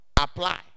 Apply